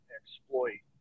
exploit